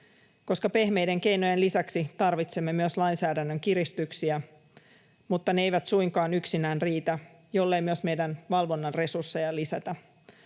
koska pehmeiden keinojen lisäksi tarvitsemme myös lainsäädännön kiristyksiä, mutta ne eivät suinkaan yksinään riitä, jollei myös meidän valvonnan resursseja lisätä.